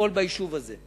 ולפעול ביישוב הזה.